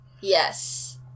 Yes